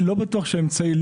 לא בטוח שהאמצעי,